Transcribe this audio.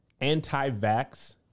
anti-vax